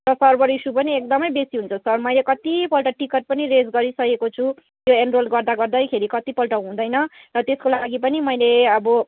र server issue पनि एकदमै बेसी हुन्छ सर मैले कतिपल्ट टिकट पनि रेज गरिसकेको छु यो गर्दागर्दैखेरि कतिपल्ट हुँदैन त्यसको लागि पनि मैले अब